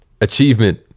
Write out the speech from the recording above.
achievement